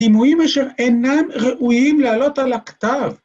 ‫דימויים אשר אינם ראויים ‫לעלות על הכתב.